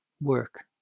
work